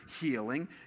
healing